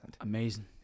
Amazing